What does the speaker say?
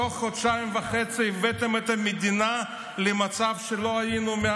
תוך חודשיים וחצי הבאתם את המדינה למצב שלא היינו בו